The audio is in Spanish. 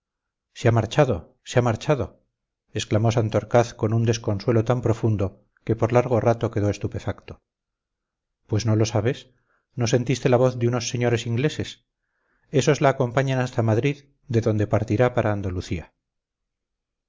se ha marchado se ha marchado exclamó santorcaz con un desconsuelo tan profundo que por largo rato quedó estupefacto pues no lo sabes no sentiste la voz de unos señores ingleses esos la acompañan hasta madrid de donde partirá para